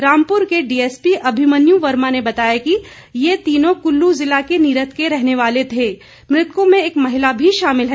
रामपुर के डीएसपी अभिमन्यू वर्मा ने बताया कि ये तीनों कुल्लू जिला के नीरथ के रहने वाले थे और मृतकों में एक महिला भी शामिल है